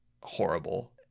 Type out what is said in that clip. horrible